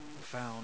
found